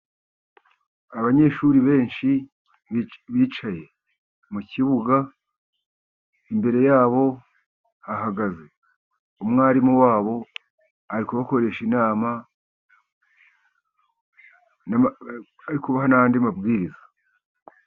Abanyeshuri benshi bicaye mu kibuga. Imbere yabo ha hagaze umwarimu wabo ari kubakoresha inama, arikubaha n'andi mabwiriza.